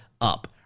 up